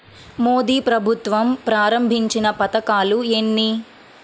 మోదీ ప్రభుత్వం ప్రారంభించిన పథకాలు ఎన్ని?